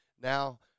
Now